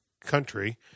country